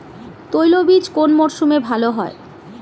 তৈলবীজ কোন মরশুমে ভাল হয়?